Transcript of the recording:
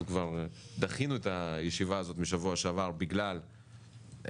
אנחנו כבר דחינו את הישיבה הזאת משבוע שעבר בגלל הצבעות